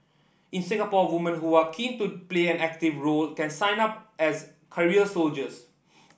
in Singapore women who are keen to play an active role can sign up as career soldiers